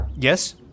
Yes